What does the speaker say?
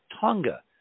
Tonga